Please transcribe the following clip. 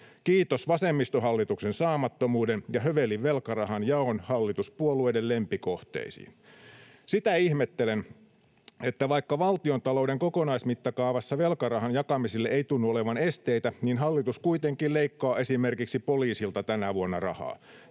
kiitos vasemmistohallituksen saamattomuuden ja hövelin velkarahan jaon hallituspuolueiden lempikohteisiin. Sitä ihmettelen, että vaikka valtiontalouden kokonaismittakaavassa velkarahan jakamiselle ei tunnu olevan esteitä, niin hallitus kuitenkin leikkaa esimerkiksi poliisilta tänä vuonna rahaa.